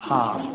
हा